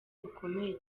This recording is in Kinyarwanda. bukomeye